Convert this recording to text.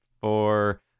four